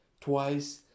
twice